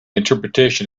interpretation